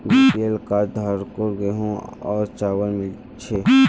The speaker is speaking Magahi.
बीपीएल कार्ड धारकों गेहूं और चावल मिल छे